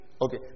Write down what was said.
Okay